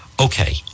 okay